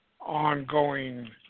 ongoing